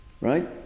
right